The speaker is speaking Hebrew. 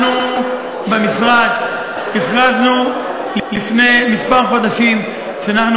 אנחנו במשרד הכרזנו לפני כמה חודשים שאנחנו